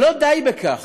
ולא די בכך,